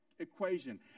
equation